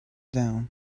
down